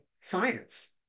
science